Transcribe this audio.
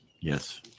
Yes